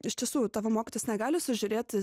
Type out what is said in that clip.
iš tiesų tavo mokytojas negali sužiūrėti